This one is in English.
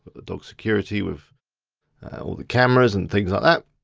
dog security, with all the cameras and things like that.